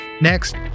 Next